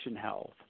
health